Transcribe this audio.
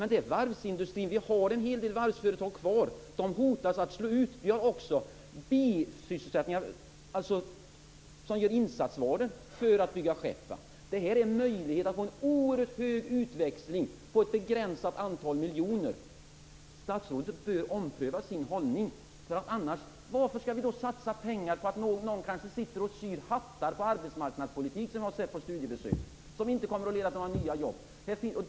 Men en hel del varvsföretag finns kvar. De hotas nu av utslagning. Vi har också bisysselsättningar, dvs. verksamhet där man gör insatsvaror för skeppsbyggen. Här finns det en möjlighet till en oerhört stor utväxling för ett begränsat antal miljoner. Statsrådet bör ompröva sin hållning. Varför skall vi satsa arbetsmarknadspengar på dem som kanske syr hattar? Sådant har jag sett när jag varit ute på studiebesök och det kommer inte att leda till nya jobb.